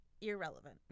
irrelevant